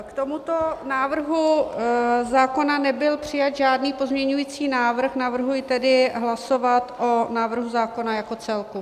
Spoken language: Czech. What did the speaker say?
K tomuto návrhu zákona nebyl přijat žádný pozměňovací návrh, navrhuji tedy hlasovat o návrhu zákona jako celku.